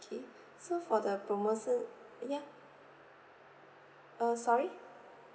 okay for the promotion ya uh sorry